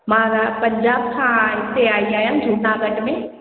मां पंजाब खां हिते आई आहियां जूनागढ़ में